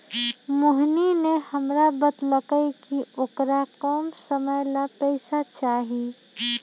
मोहिनी ने हमरा बतल कई कि औकरा कम समय ला पैसे चहि